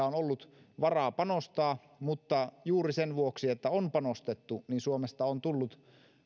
on ollut varaa panostaa mutta juuri sen vuoksi että on panostettu suomesta on tullut